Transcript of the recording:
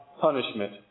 punishment